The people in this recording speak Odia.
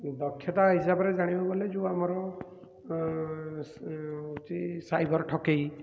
ଦକ୍ଷତା ହିସାବରେ ଜାଣିବାକୁ ଗଲେ ଯେଉଁ ଆମର ହେଉଛି ସାଇବର୍ ଠକେଇ